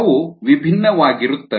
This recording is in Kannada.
ಅವು ವಿಭಿನ್ನವಾಗಿರುತ್ತವೆ